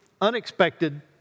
unexpected